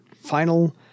final